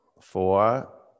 Four